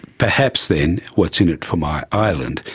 perhaps then, what's in it for my island?